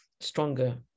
stronger